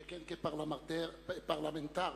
שכן כפרלמנטר